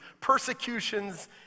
persecutions